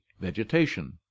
vegetation